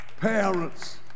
Parents